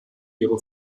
ihre